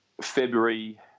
February